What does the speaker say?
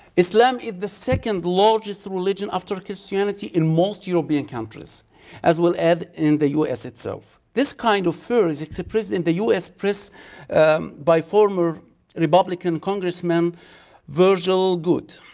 islam is the second largest religion after christianity in most european countries as well as in the us itself. this kind of of fear is expressed in the us press by former republican congressman virgil good.